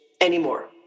anymore